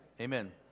Amen